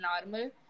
normal